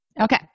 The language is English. Okay